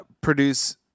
produce